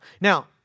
Now